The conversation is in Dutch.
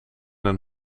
een